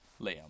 Liam